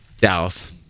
dallas